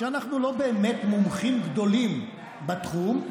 שאנחנו לא באמת מומחים גדולים בתחום,